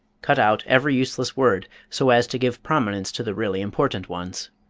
cut out every useless word, so as to give prominence to the really important ones.